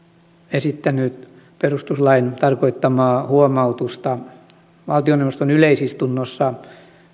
esittänyt perustuslain tarkoittamaa huomautusta valtioneuvoston yleisistunnossa